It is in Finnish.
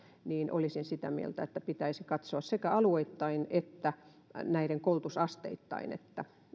olisin sitä mieltä että pitäisi katsoa sekä alueittain että koulutusasteittain